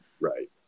right